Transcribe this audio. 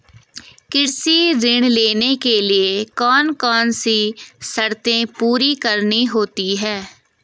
कृषि ऋण लेने के लिए कौन कौन सी शर्तें पूरी करनी होती हैं?